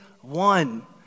one